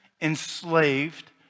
enslaved